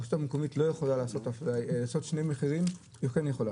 הרשות המקומית לא יכולה לעשות שני מחירים או כן יכולה?